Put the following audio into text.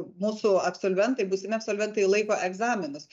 mūsų absolventai būsimi absolventai laiko egzaminus